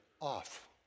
off